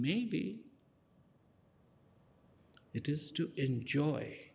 maybe it is to enjoy